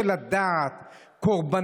סגנית המזכירה, על מנת שלא יהיו אי-הבנות,